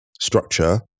structure